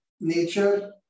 nature